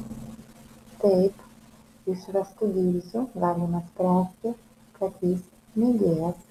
taip iš rastų gilzių galima spręsti kad jis mėgėjas